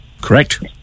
correct